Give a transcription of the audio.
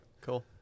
Cool